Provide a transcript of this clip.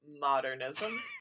modernism